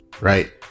Right